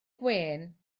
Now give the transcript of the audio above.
gwên